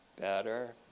better